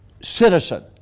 citizen